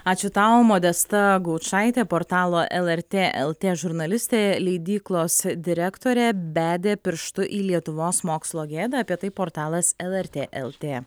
ačiū tau modesta gaučaitė portalo lrt lt žurnalistė leidyklos direktorė bedė pirštu į lietuvos mokslo gėdą apie tai portalas lrt lt